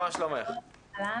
מה שלומך?